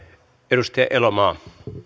arvoisa